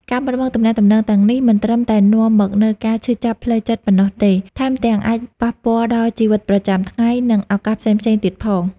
ការបាត់បង់ទំនាក់ទំនងទាំងនេះ មិនត្រឹមតែនាំមកនូវការឈឺចាប់ផ្លូវចិត្តប៉ុណ្ណោះទេ ថែមទាំងអាចប៉ះពាល់ដល់ជីវិតប្រចាំថ្ងៃ និងឱកាសផ្សេងៗទៀតផង។